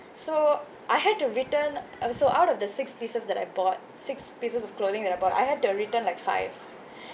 so I had to return uh so out of the six pieces that I bought six pieces of clothing that I bought I had to return like five